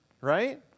Right